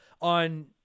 on